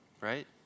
right